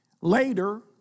later